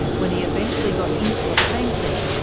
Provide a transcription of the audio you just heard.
when he eventually got into a pain clinic,